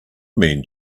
mean